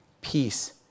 peace